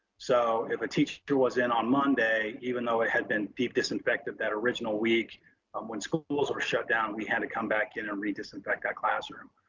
so if a teacher was in on monday, even though it had been disinfected that original week when schools are shut down, we had to come back in and re-disinfect that classroom,